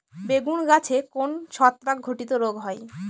বেগুন গাছে কোন ছত্রাক ঘটিত রোগ হয়?